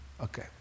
Okay